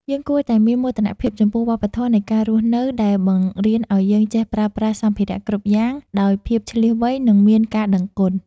យើងគួរតែមានមោទនភាពចំពោះវប្បធម៌នៃការរស់នៅដែលបង្រៀនឱ្យយើងចេះប្រើប្រាស់សម្ភារៈគ្រប់យ៉ាងដោយភាពឈ្លាសវៃនិងមានការដឹងគុណ។